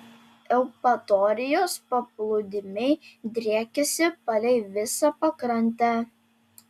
eupatorijos paplūdimiai driekiasi palei visą pakrantę